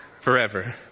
forever